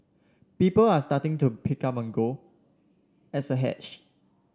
people are starting to pick up on gold as a hedge